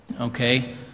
okay